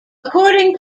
according